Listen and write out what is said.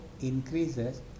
increases